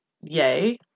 Yay